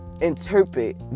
interpret